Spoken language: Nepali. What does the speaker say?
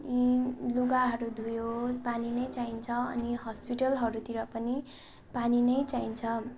यी लुगाहरू धोयो पानी नै चाहिन्छ अनि हस्पिटलहरूतिर पनि पानी नै चाहिन्छ